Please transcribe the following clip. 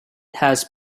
has